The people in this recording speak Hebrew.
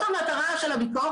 לתקן זאת המטרה של הביקורת,